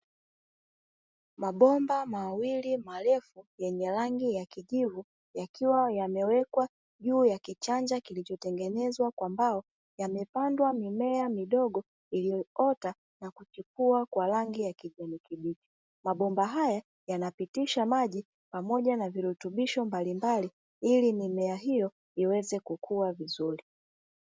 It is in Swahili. Mabomba mawili marefu yenye rangi ya kijivu yakiwa yamewekwa juu ya kichanja kilichotengenezwa kwa mbao yamepandwa mimea midogo iliyoota na kuchipua kwa rangi ya kijani kibichi mabomba haya yanapitisha maji pamoja na virutubisho mbalimbali ili nimea hiyo iweze kukua vizuri.